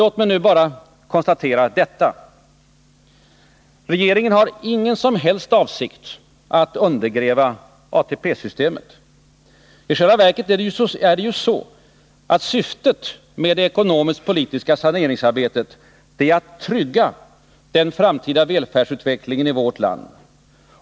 Låt mig nu bara konstatera detta: Regeringen har ingen som helst avsikt att undergräva ATP-systemet. I själva verket är det så att syftet med det ekonomisk-politiska saneringsarbetet är att trygga den framtida välfärdsutvecklingen i vårt land.